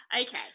Okay